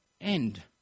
end